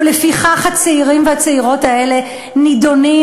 ולפיכך הצעירים והצעירות האלה נידונים,